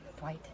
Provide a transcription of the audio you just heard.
White